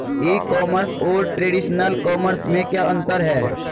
ई commerce और traditional commerce में क्या अंतर है?